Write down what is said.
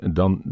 dan